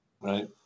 right